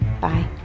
Bye